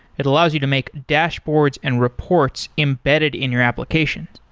it allows you to make dashboards and reports embedded in your application.